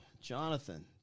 Jonathan